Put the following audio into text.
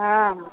हॅं